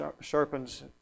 sharpens